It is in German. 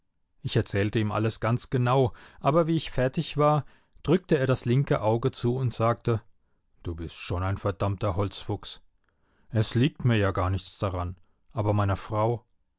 ich erzählte ihm alles ganz genau aber wie ich fertig war drückte er das linke auge zu und sagte du bist schon ein verdammter holzfuchs es liegt mir ja gar nichts daran aber meiner frau